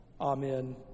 Amen